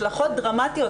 אלה השלכות דרמטיות.